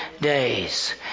days